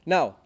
Now